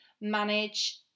manage